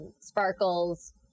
sparkles